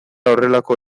horrelako